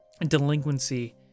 delinquency